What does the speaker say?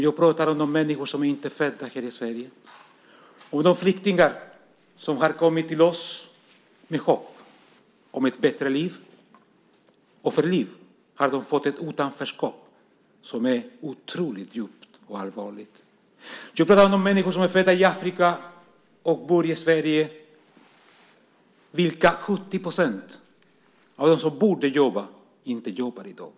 Jag pratar om de människor som inte är födda här i Sverige, de flyktingar som har kommit till oss med hopp om ett bättre liv och i stället fått ett utanförskap som är otroligt djupt och allvarligt. Jag pratar om de människor som är födda i Afrika och bor i Sverige av vilka 70 % av dem som borde jobba inte jobbar i dag.